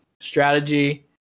strategy